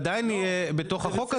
עדיין יהיה בתוך החוק הזה?